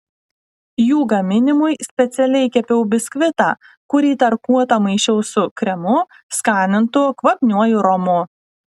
jų gaminimui specialiai kepiau biskvitą kurį tarkuotą maišiau su kremu skanintu kvapniuoju romu